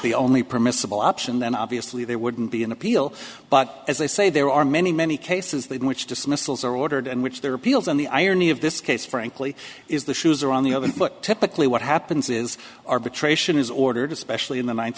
the only permissible option then obviously there wouldn't be an appeal but as they say there are many many cases they in which dismissals are ordered and which their appeals and the irony of this case frankly is the shoes are on the other but typically what happens is arbitration is ordered especially in the ninth